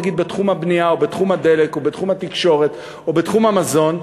נגיד בתחום הבנייה או בתחום הדלק או בתחום התקשורת או בתחום המזון,